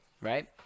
right